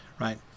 right